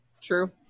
True